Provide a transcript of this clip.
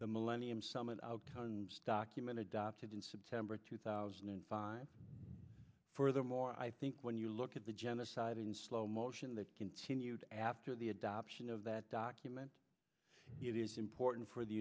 the millennium summit outcomes document adopted in september two thousand and five furthermore i think when you look at the genocide in slow motion that continued after the adoption of that document it is important for the